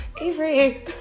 Avery